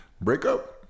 breakup